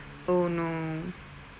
oh no